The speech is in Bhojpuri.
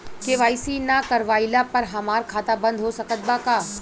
के.वाइ.सी ना करवाइला पर हमार खाता बंद हो सकत बा का?